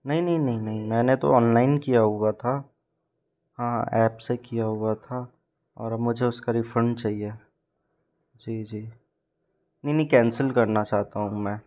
नहीं नहीं नहीं नहीं मैंने तो ऑनलाइन किया हुआ था हाँ ऐप से किया हुआ था और अब मुझे उसका रिफंड चहिए जी जी नहीं नहीं कैंसिल करना चाहता हूँ मैं